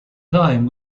time